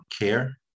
Care